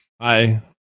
hi